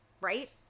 right